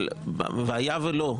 והיה ולא,